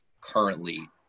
currently